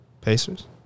Pacers